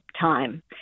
time